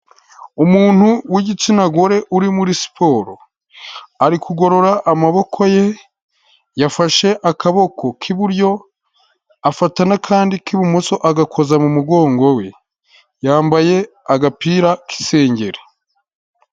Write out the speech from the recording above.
Umuntu w’ igitsina gore uri muri siporo, ari kugorora amaboko ye yafashe akaboko k’ iburyo afata n’ akandi k’ ibumuso agakoza mu mugongo we . Yambaye agapira k’ isengeri.